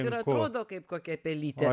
ir atrodo kaip kokia pelytė